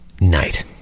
night